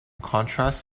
contrasts